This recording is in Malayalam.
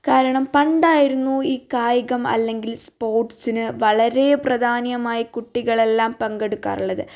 കാരണം പണ്ടായിരുന്നു ഈ കായികം അല്ലെങ്കിൽ സ്പോർട്സിന് വളരേ പ്രധാനീയമായി കുട്ടികളെലാം പങ്കെടുക്കാറുള്ളത്